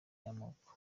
y’amoko